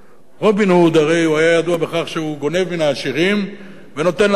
רובין הוד הרי היה ידוע בכך שהוא גונב מן העשירים ונותן לעניים.